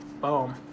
boom